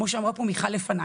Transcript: כמו שאמרה פה מיכל לפני,